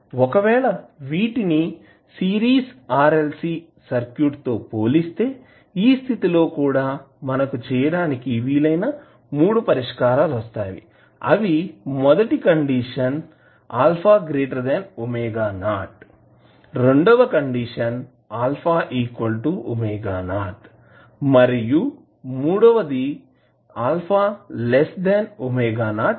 ఒకవేళ వీటిని series RLC circuit తో పోలిస్తే ఈ స్థితిలో లో కూడా మనకు చేయడానికి వీలైన 3 పరిష్కరాలు వస్తాయి అవి మొదటి కండిషన్ α ⍵0 రెండవది α ⍵0 మరియు మూడవది α ⍵0 అవుతాయి